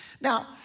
Now